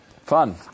Fun